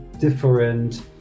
different